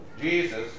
Jesus